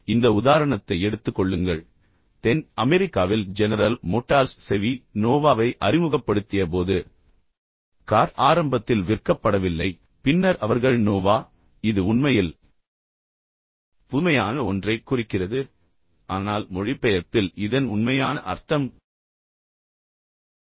இந்த உதாரணத்தை எடுத்துக் கொள்ளுங்கள் தென் அமெரிக்காவில் ஜெனரல் மோட்டார்ஸ் செவி நோவாவை அறிமுகப்படுத்தியபோது கார் ஆரம்பத்தில் விற்கப்படவில்லை பின்னர் அவர்கள் நோவா இது உண்மையில் புதுமையான ஒன்றைக் குறிக்கிறது ஆனால் மொழிபெயர்ப்பில் இதன் உண்மையான அர்த்தம் இது செல்லாது